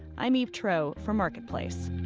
i'm eve troeh for marketplace